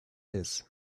his